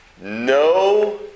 No